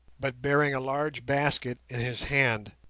but bearing a large basket in his hand.